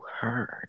heard